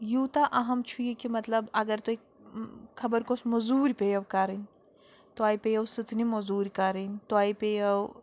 یوٗتاہ اَہم چھُ یہِ کہِ مطلب اَگر تۄہہِ خَبر کۄس مٔزوٗرۍ پیٚیَو کَرٕنۍ تۄہہِ پیٚیَو سٕژنہِ مٔزوٗرۍ کَرٕنۍ تۄہہِ پیٚیَو